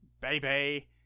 baby